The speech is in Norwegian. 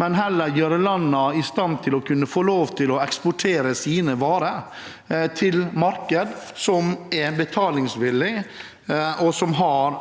men heller gjøre landene i stand til å kunne få lov til å eksportere varene sine til markeder som er betalingsvillige og har